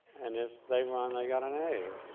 and if they won, they got an a.